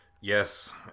Yes